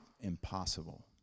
impossible